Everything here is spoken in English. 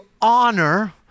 honor